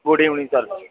good evening sir